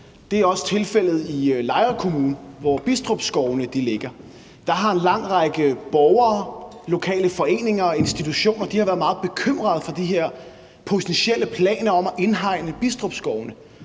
Det er også tilfældet i Lejre Kommune, hvor Bidstrup Skovene ligger. Der har en lang række borgere, lokale foreninger og institutioner været meget bekymrede over de her potentielle planer om at indhegne Bidstrup Skovene.